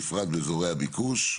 בפרט באזורי הביקוש.